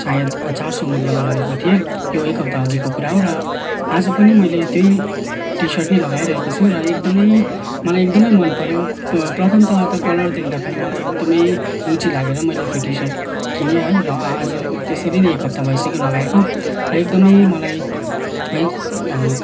सायद चार सौ मूल्यमा लगेको थिएँ यो एक हप्ताअघिको कुरा हो र आज पनि मैले त्यही टिसर्ट नै लगाइरहेको छु र एकदमै मलाई एकदमै मनपऱ्यो प्रथमतः कलर देख्दा पनि मलाई एकदमै रुचि लागेर मैले त्यो टिसर्ट किनेँ है र आज त्यसरी नै एक हप्ता भइसक्यो लगाएको र एकदमै मलाई है